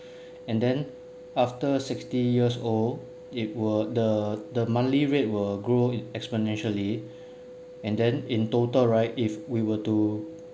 and then after sixty years old it were the the monthly rate will grow exponentially and then in total right if we were to